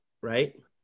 right